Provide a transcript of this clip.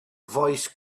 voice